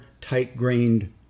tight-grained